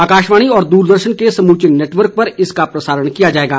आकाशवाणी और दूरदर्शन के समूचे नेटवर्क पर इसका प्रसारण किया जाएगा